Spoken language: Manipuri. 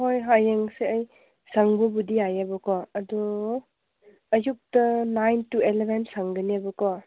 ꯍꯣꯏ ꯍꯌꯦꯡꯁꯦ ꯑꯩ ꯁꯪꯕꯕꯨꯗꯤ ꯌꯥꯏꯌꯦꯕꯀꯣ ꯑꯗꯣ ꯑꯌꯨꯛꯇ ꯅꯥꯏꯟ ꯇꯨ ꯑꯦꯂꯚꯦꯟ ꯁꯪꯒꯅꯦꯕꯀꯣ